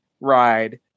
ride